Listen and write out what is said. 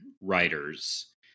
writers